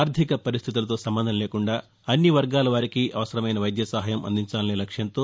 ఆర్దిక పరిస్దితులతో సంబంధం లేకుండా అన్ని వర్గాల వారికి అవసరమైన వైద్య సహాయం అందించాలనే లక్ష్యంతో